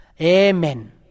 Amen